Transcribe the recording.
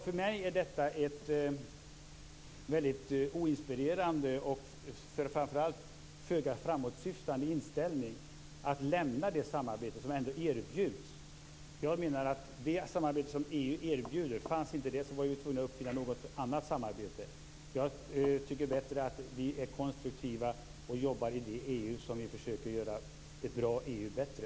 För mig är det en oinspirerande och framför allt en föga framåtsyftande inställning att lämna det samarbete som erbjuds. Jag menar att om inte det samarbete som EU erbjuder fanns skulle vi bli tvungna att uppfinna något annat samarbete. Jag tycker att det är bättre att vi är konstruktiva och jobbar i EU och försöker göra ett bra EU bättre.